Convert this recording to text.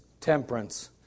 temperance